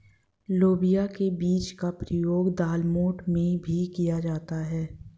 लोबिया के बीज का प्रयोग दालमोठ में भी किया जाता है